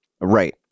right